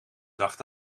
dacht